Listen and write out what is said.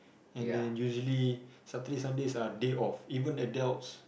and then usually Saturday Sundays are day off even adults